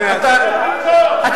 שב בבקשה.